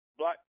black